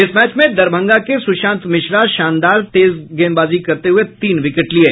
इस मैच में दरभंगा के सुशांत मिश्रा शानदार तेज गेंदबाजी करते हुये तीन विकेट लिये